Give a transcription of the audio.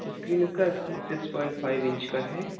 screen اس کا six point five inch کا ہے